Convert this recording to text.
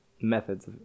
methods